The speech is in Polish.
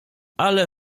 ale